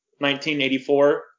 1984